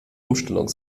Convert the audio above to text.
umstellung